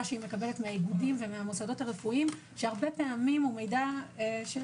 מהאיגודים ומהמוסדות רפואיים שהרבה פעמים זה מידע שהוא